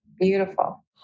beautiful